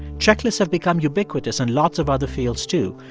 checklists have become ubiquitous in lots of other fields, too,